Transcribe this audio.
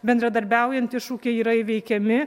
bendradarbiaujant iššūkiai yra įveikiami